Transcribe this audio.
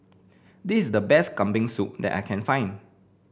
this is the best Kambing Soup that I can find